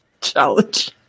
challenge